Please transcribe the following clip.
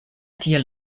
tiel